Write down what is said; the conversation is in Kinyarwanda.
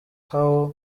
kugira